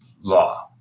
law